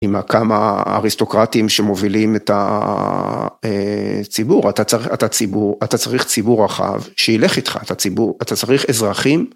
עם כמה אריסטוקרטים שמובילים את הציבור, אתה צריך ציבור רחב שילך איתך, אתה צריך אזרחים.